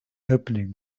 opening